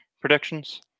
predictions